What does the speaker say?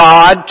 God